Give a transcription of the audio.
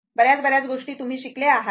बर्याच बर्याच गोष्टी तुम्ही शिकले आहात